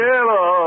Hello